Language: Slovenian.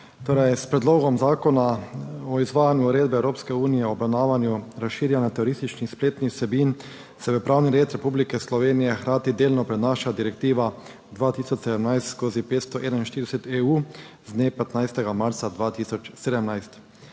pozdrav! S Predlogom zakona o izvajanju Uredbe (EU) o obravnavanju razširjanja terorističnih spletnih vsebin se v pravni red Republike Slovenije hkrati delno prenaša direktiva 2017/541 EU z dne 15. marca 2017.